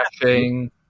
crashing